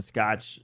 Scotch